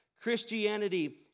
Christianity